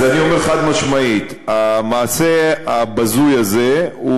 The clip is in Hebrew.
אז אני אומר חד-משמעית: המעשה הבזוי הזה הוא